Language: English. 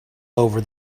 over